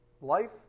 Life